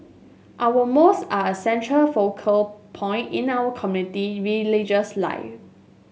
our mouth are a central focal point in our community religious life